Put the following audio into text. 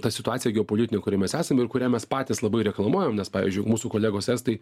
ta situacija geopolitinė kurioj mes esam ir kuriam mes patys labai reklamuojam nes pavyzdžiui mūsų kolegos estai